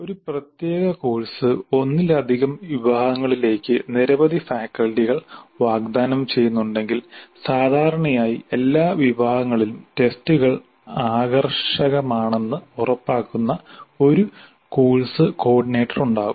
ഒരു പ്രത്യേക കോഴ്സ് ഒന്നിലധികം വിഭാഗങ്ങളിലേക്ക് നിരവധി ഫാക്കൽറ്റികൾ വാഗ്ദാനം ചെയ്യുന്നുണ്ടെങ്കിൽ സാധാരണയായി എല്ലാ വിഭാഗങ്ങളിലും ടെസ്റ്റുകൾ ആകർഷകമാണെന്ന് ഉറപ്പാക്കുന്ന ഒരു കോഴ്സ് കോർഡിനേറ്റർ ഉണ്ടാവും